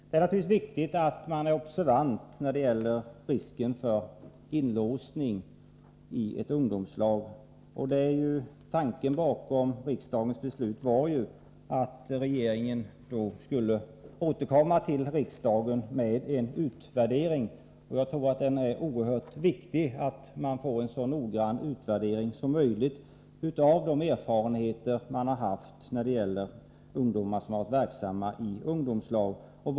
Det är naturligtvis viktigt att man är observant när det gäller risken för inlåsning i ett ungdomslag. Tanken bakom riksdagens beslut var ju att regeringen skulle återkomma till riksdagen med en utvärdering. Jag tror att det är oerhört viktigt att man får en så noggrann utvärdering som möjligt av de erfarenheter som de ungdomar som varit verksamma i ungdomslag haft.